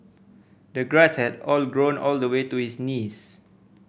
the grass had all grown all the way to his knees